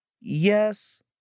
yes